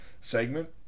segment